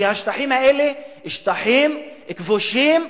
כי השטחים האלה הם שטחים כבושים,